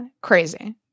Crazy